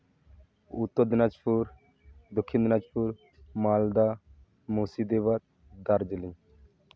Uttar Dinajpur Dakshin Dinajpur Malda Murshidabad Darjeeling